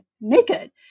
naked